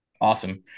Awesome